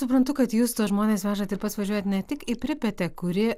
suprantu kad jūs tuos žmonės vežat ir pats važiuojat ne tik į pripetę kuri